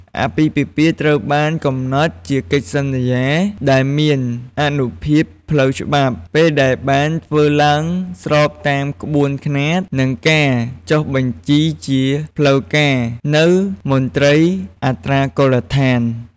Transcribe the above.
អាពាហ៍ពិពាហ៍ត្រូវបានកំណត់ជាកិច្ចសន្យាដែលមានអានុភាពផ្លូវច្បាប់ ពេលដែលបានធ្វើឡើងស្របតាមក្បួនខ្នាត និងបានចុះបញ្ជីជាផ្លូវការនៅ មន្ទីរអត្រានុកូលដ្ឋាន។